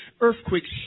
earthquakes